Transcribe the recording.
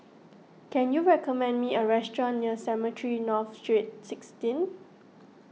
can you recommend me a restaurant near Cemetry North Steet sixteen